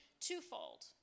twofold